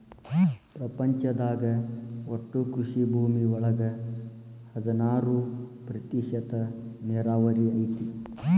ಪ್ರಪಂಚದಾಗ ಒಟ್ಟು ಕೃಷಿ ಭೂಮಿ ಒಳಗ ಹದನಾರ ಪ್ರತಿಶತಾ ನೇರಾವರಿ ಐತಿ